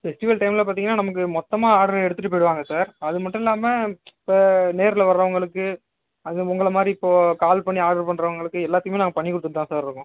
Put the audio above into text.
festival டைம்மில் பார்த்தீங்கனா நமக்கு மொத்தமாக ஆட்ரு எடுத்துகிட்டு போயிடுவாங்க சார் அது மட்டும் இல்லாமல் இப்போ நேரில் வர்றவங்களுக்கு அது உங்களை மாதிரி இப்போ கால் பண்ணி ஆட்ரு பண்ணுறவங்களுக்கு எல்லாத்துக்குமே நாங்கள் பண்ணிக் கொடுத்துட்டு தான் சார் இருக்கோம்